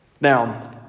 Now